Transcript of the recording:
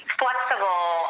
flexible